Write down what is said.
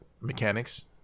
mechanics